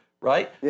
right